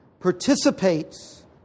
participates